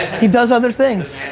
he does other things.